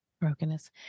Brokenness